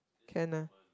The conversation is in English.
can lah